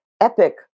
epic